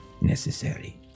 necessary